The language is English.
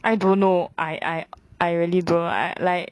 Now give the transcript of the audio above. I don't know I I I really don't know I like